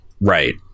right